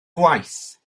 gwaith